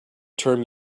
term